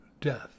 death